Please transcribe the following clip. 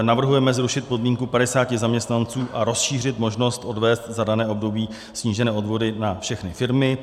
Navrhujeme zrušit podmínku 50 zaměstnanců a rozšířit možnost odvést za dané období snížené odvody na všechny firmy.